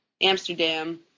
Amsterdam